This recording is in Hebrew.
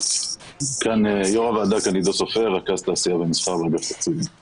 אני רכז תעשייה ומסחר באגף התקציבים במשרד האוצר.